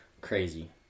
crazy